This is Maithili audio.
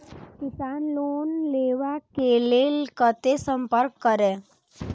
किसान लोन लेवा के लेल कते संपर्क करें?